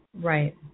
Right